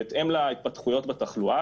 בהתאם להתפתחויות בתחלואה,